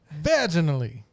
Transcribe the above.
vaginally